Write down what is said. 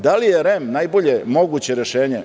Da li je REM najbolje moguće rešenje?